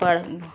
ਪੜ੍ਹ